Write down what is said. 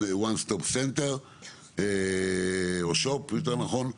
one stop center או יותר נכון one stop shop,